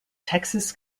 texas